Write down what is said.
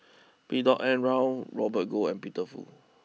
B N Rao Robert Goh and Peter Fu